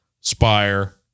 Spire